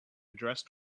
dressed